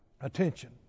attention